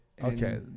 Okay